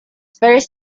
first